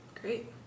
Great